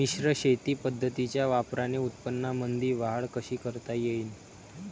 मिश्र शेती पद्धतीच्या वापराने उत्पन्नामंदी वाढ कशी करता येईन?